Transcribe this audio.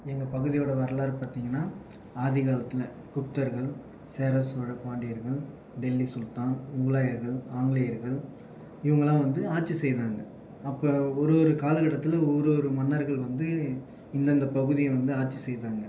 எங்கள் பகுதியோடய வரலாறு பார்த்திங்கன்னா ஆதி காலத்தில் குப்தர்கள் சேர சோழ பாண்டியர்கள் டெல்லி சுல்தான் முகலாயர்கள் ஆங்கிலேயர்கள் இவங்களாம் வந்து ஆட்சி செய்தாங்க அப்போ ஒரு ஒரு காலகட்டத்தில் ஒரு ஒரு மன்னர்கள் வந்து இந்தந்த பகுதியை வந்து ஆட்சி செய்தாங்க